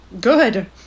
Good